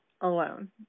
alone